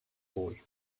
boy